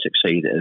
succeed